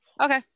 Okay